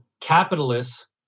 capitalists